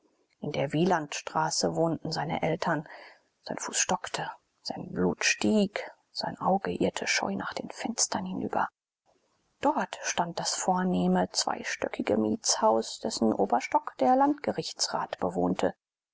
in der wielandstraße wohnten seine eltern sein fuß stockte sein blut stieg sein auge irrte scheu nach den fenstern hinüber dort stand das vornehme zweistöckige mietshaus dessen oberstock der landgerichtsrat bewohnte